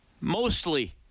mostly